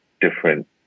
different